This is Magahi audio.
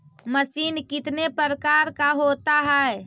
मशीन कितने प्रकार का होता है?